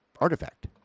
artifact